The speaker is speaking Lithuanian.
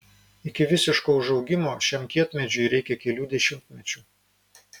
iki visiško užaugimo šiam kietmedžiui reikia kelių dešimtmečių